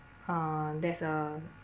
uh there's a